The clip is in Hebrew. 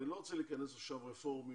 אני לא רוצה להיכנס עכשיו לעניין של רפורמים,